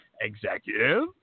executive